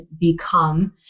become